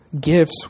gifts